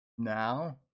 now